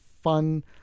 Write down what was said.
fun